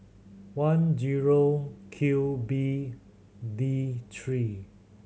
one zero Q B D three